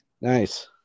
Nice